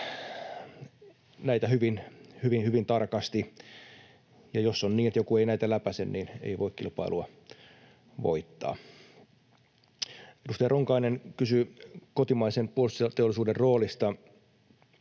näitä hyvin tarkasti. Jos on niin, että joku ei näitä läpäise, niin ei voi kilpailua voittaa. Edustaja Ronkainen kysyi kotimaisen puolustusteollisuuden roolista.